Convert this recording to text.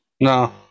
No